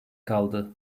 kaldı